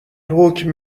حکم